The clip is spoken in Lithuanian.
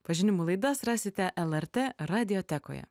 pažinimų laidas rasite lrt radiotekoje